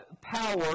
power